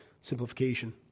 simplification